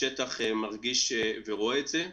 השטח מרגיש ורואה את זה.